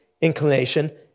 inclination